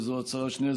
וזו הצהרה שנייה,